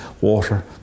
water